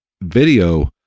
video